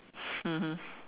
mmhmm